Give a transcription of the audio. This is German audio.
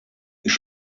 ich